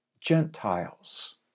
Gentiles